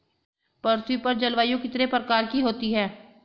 पृथ्वी पर जलवायु कितने प्रकार की होती है?